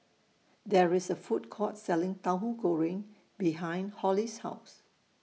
There IS A Food Court Selling Tauhu Goreng behind Holli's House